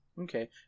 Okay